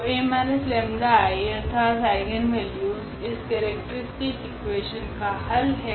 तो 𝐴−𝜆𝐼 अर्थात आइगनवेल्यूस इस केरेक्ट्रीस्टिक इकुवेशन का हल है